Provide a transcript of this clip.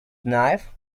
knife